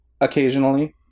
occasionally